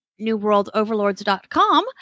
newworldoverlords.com